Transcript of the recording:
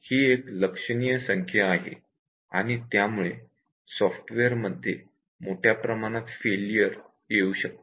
ही एक लक्षणीय संख्या आहे आणि त्यामुळे सॉफ्टवेअरमध्ये मोठ्या प्रमाणात फेलियर येऊ शकते